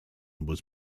was